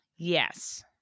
Yes